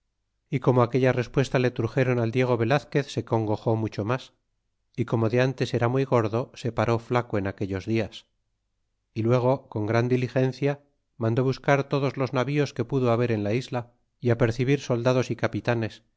y como aquella respuesta le truxéron al diego velazquez se congojó mucho mas y como de antes era muy gordo se paró flaco en aquellos dias y luego con gran diligencia mandó buscar todos los navíos que pudo haber en la isla y apercibir soldados y capitanes